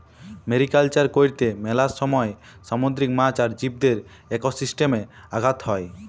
mariculture করত্যে মেলা সময় সামুদ্রিক মাছ আর জীবদের একোসিস্টেমে আঘাত হ্যয়